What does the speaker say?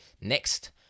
next